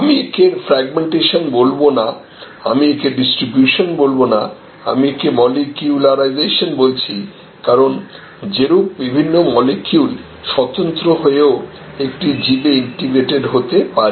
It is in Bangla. আমি একে ফ্র্যাগমেন্টেশন বলবো না আমি একে ডিসট্রিবিউশন বলবো না আমি একে মলিকিউলারাইসেশন বলছি কারণ যেরূপ বিভিন্ন মলিকিউল স্বতন্ত্র হয়েও একটি জীবে ইন্টিগ্রেটেড হতে পারে